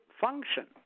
function